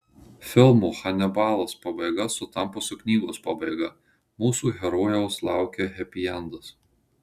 filmo hanibalas pabaiga sutampa su knygos pabaiga mūsų herojaus laukia hepiendas